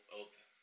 open